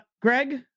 Greg